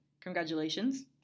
Congratulations